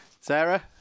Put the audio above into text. Sarah